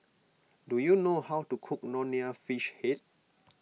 do you know how to cook Nonya Fish Head